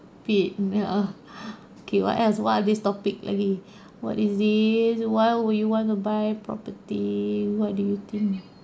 (uh huh) okay what else what are these topic lagi what is this why will you want to buy property what do you think